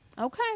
Okay